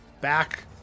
back